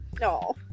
No